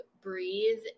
breathe